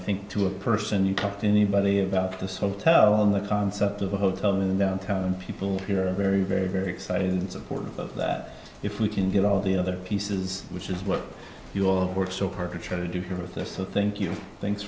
think to a person you talk to anybody about this hotel and the concept of a hotel in downtown and people here are very very very excited and supportive of that if we can get all the other pieces which is what you all worked so hard to try to do here with us so thank you th